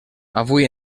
avui